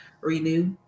renew